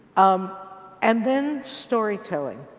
um and then story telling,